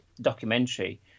documentary